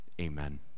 Amen